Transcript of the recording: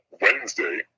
Wednesday